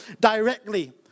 directly